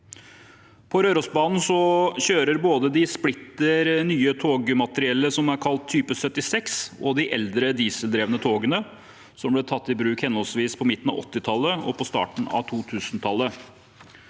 På Rørosbanen kjører både det splitter nye togmateriellet kalt type 76 og de eldre dieseldrevne togene som ble tatt i bruk henholdsvis på midten av 1980-tallet og på starten av 2000-tallet.